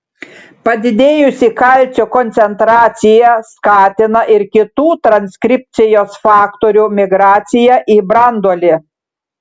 padidėjusi kalcio koncentracija skatina ir kitų transkripcijos faktorių migraciją į branduolį